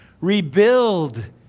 Rebuild